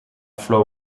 flauw